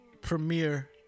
premiere